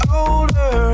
older